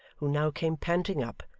who now came panting up,